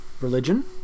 religion